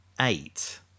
eight